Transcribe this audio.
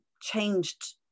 changed